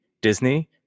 Disney